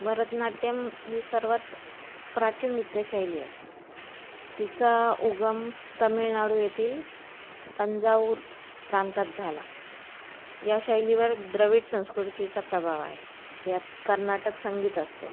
भरतनाट्यम ही सर्वात प्राचीन नृत्य शैली आहे तिचा उगम तमिळनाडू येथील तंजाऊर प्रांतात झाला या शैलीवर द्रवीड संस्कृतीचा प्रभाव आहे यात कर्नाटक संगीत असते